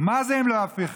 מה זה אם לא הפיכה?